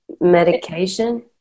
medication